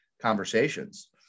conversations